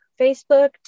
Facebook